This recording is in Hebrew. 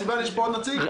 סיון, יש פה עוד נציג?